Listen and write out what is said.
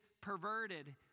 perverted